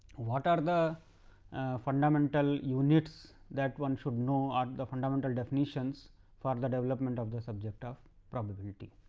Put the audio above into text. what are the fundamental units that wants should know or the fundamental definitions for the development of the subject of probability.